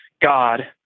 God